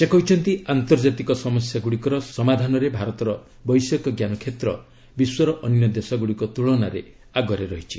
ସେ କହିଛନ୍ତି ଆନ୍ତର୍ଜାତିକ ସମସ୍ୟାଗୁଡ଼ିକର ସମାଧାନରେ ଭାରତର ବୈଷୟିକଜ୍ଞାନ କ୍ଷେତ୍ର ବିଶ୍ୱର ଅନ୍ୟ ଦେଶଗୁଡ଼ିକ ତୁଳନାରେ ଆଗରେ ରହିଛି